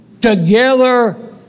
Together